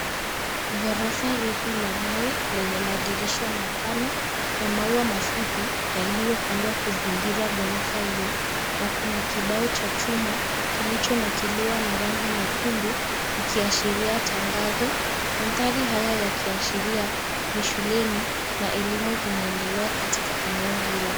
Ghorofa refu la mawe lenye madirisha mapana na maua mafupi yaliyopandwa kuzingira ghorofa hio na kuna kibao cha chuma kilichonakiliwa na rangi nyekundu ikiashiria tangazo. Mandhari haya yakiashiria ni shuleni na elimu inaendelea katika eneo hilo.